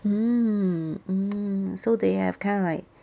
mm mm so they have kind of like